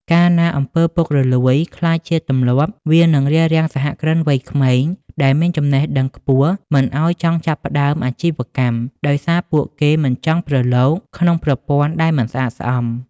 កាលណា អំពើពុករលួយ ក្លាយជាទម្លាប់ វានឹងរារាំងសហគ្រិនវ័យក្មេងដែលមានចំណេះដឹងខ្ពស់មិនឱ្យចង់ចាប់ផ្ដើមអាជីវកម្ម ដោយសារពួកគេមិនចង់ប្រឡូកក្នុងប្រព័ន្ធដែលមិនស្អាតស្អំ។